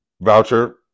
voucher